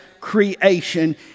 creation